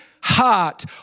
heart